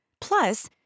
Plus